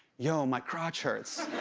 yo, my crotch hurts.